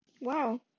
Wow